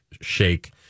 Shake